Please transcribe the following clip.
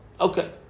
Okay